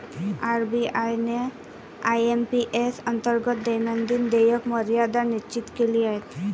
RBI ने IMPS अंतर्गत दैनंदिन देयक मर्यादा निश्चित केली आहे